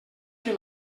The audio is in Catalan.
que